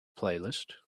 playlist